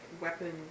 weapon